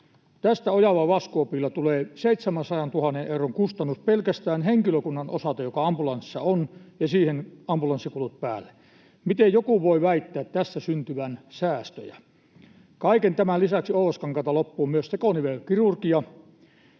Tästä Ojalan laskuopilla tulee 700 000 euron kustannus pelkästään sen henkilökunnan osalta, joka ambulanssissa on, ja siihen ambulanssikulut päälle. Miten joku voi väittää tässä syntyvän säästöjä? Kaiken tämän lisäksi Oulaskankaalta loppuu myös tekonivelkirurgia,